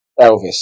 Elvis